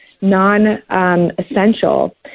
non-essential